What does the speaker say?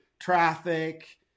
traffic